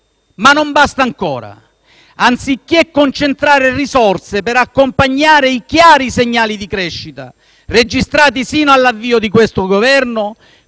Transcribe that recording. Ma non basta ancora. Anziché concentrare risorse per accompagnare i chiari segnali di crescita registrati sino all'avvio di questo Governo,